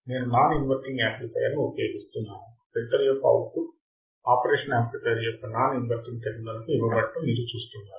నేను non inverting యాంప్లిఫైయర్ను ఉపయోగిస్తున్నాను ఫిల్టర్ యొక్క అవుట్పుట్ ఆపరేషనల్ యాంప్లిఫయర్ యొక్క నాన్ ఇన్వర్టింగ్ టెర్మినల్ కు ఇవ్వబడటం మీరు చూస్తున్నారు